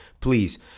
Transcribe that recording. please